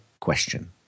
question